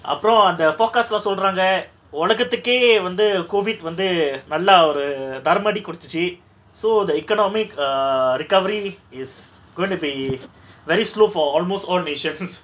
அப்ரோ அந்த:apro antha focus lah சொல்ராங்க ஒளகதுகே வந்து:solranga olakathuke vanthu COVID வந்து நல்லா ஒரு தர்ம அடி குடுத்திச்சு:vanthu nalla oru tharma adi kuduthichu so the economic err recovery is going to be very slow for almost all nations